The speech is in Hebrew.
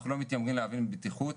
אנחנו לא מתיימרים להבין בבטיחות.